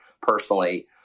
personally